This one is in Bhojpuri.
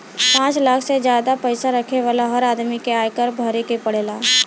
पांच लाख से जादा पईसा रखे वाला हर आदमी के आयकर भरे के पड़ेला